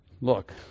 Look